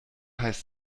heißt